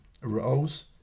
Rose